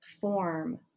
form